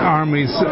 armies